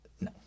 No